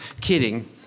kidding